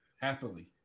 Happily